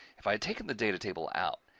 if i had taken the data table out,